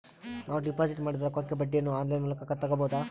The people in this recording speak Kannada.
ನಾವು ಡಿಪಾಜಿಟ್ ಮಾಡಿದ ರೊಕ್ಕಕ್ಕೆ ಬಡ್ಡಿಯನ್ನ ಆನ್ ಲೈನ್ ಮೂಲಕ ತಗಬಹುದಾ?